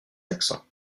accents